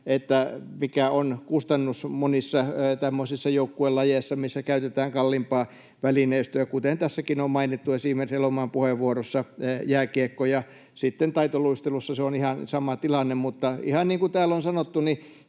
siitä, mikä on kustannus monissa tämmöisissä joukkuelajeissa, missä käytetään kalliimpaa välineistöä, kuten tässäkin on mainittu, esimerkiksi Elomaan puheenvuorossa, jääkiekko, ja sitten taitoluistelussa on ihan sama tilanne. Mutta ihan niin kuin täällä on sanottu,